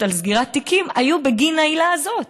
על סגירת תיקים היו בגין העילה הזאת.